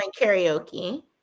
karaoke